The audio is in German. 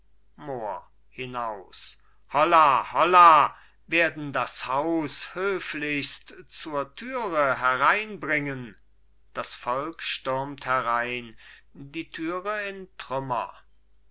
hinaus holla holla werden das haus höflichst zur türe hereinbringen das volk stürmt herein die türe in trümmer